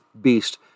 beast